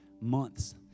months